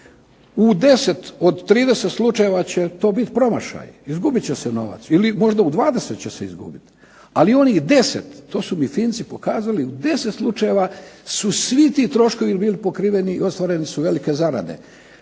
U 10 od 30 slučajeva će to biti promašaj, izgubit će se novac, ili možda u 20 će se izgubiti, ali onih 10 to su mi Finci pokazali, u 10 slučajeva su svi ti troškovi bili pokriveni, ostvarene su velike zarade.